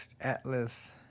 Atlas